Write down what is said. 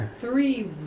Three